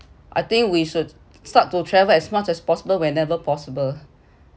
I think we should start to travel as much as possible whenever possible